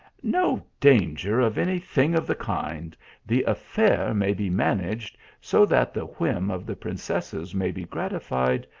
no danger of any thing of the kind the affair may be managed so that the whim of the princesses may be gratified,